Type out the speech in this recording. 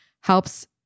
helps